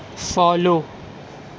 follow